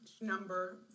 number